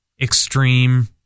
extreme